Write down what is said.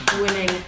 winning